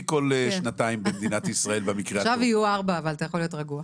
מיכל, מילה שלך ואנחנו עוברים להצבעה.